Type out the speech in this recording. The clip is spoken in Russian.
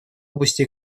области